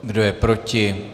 Kdo je proti?